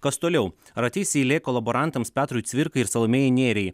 kas toliau ar ateis eilė kolaborantams petrui cvirkai ir salomėjai nėriai